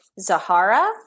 Zahara